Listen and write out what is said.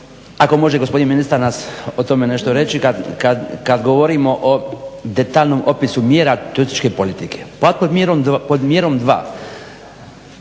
ako može gospodin ministar nam o tome nešto reći kad govorimo o detaljnom opisu mjera turističke politike. Pa pod mjerom 2.